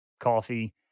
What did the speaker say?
coffee